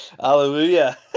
Hallelujah